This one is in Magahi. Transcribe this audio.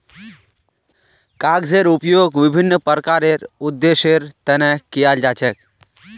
कागजेर उपयोग विभिन्न प्रकारेर उद्देश्येर तने कियाल जा छे